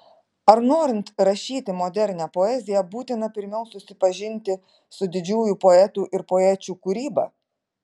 ar norint rašyti modernią poeziją būtina pirmiau susipažinti su didžiųjų poetų ir poečių kūryba